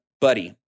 buddy